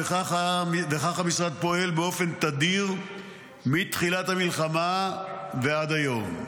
וככה המשרד פועל באופן תדיר מתחילת המלחמה ועד היום.